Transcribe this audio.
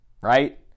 right